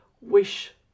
wish